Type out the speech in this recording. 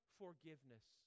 forgiveness